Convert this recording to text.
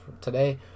today